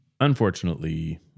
Unfortunately